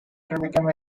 became